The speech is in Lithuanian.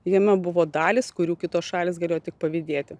jame buvo dalys kurių kitos šalys galėjo tik pavydėti